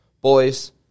Boys